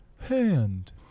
hand